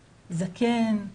זקן,